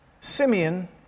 Simeon